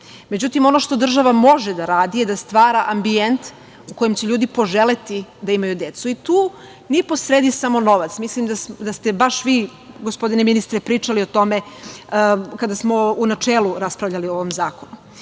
Međutim, ono što država može da radi, je da stvara ambijent u kojem će ljudi poželeti da imaju decu, tu nije po sredi samo novac, mislim da ste baš vi, gospodine ministre pričali o tome kada smo u načelu raspravljali o ovom zakonu.